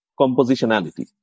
compositionality